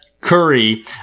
Curry